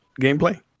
gameplay